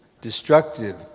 Destructive